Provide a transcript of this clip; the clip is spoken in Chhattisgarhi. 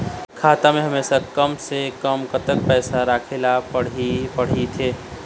खाता मा हमेशा कम से कम कतक पैसा राखेला पड़ही थे?